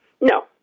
No